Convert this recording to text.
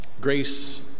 Grace